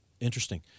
Interesting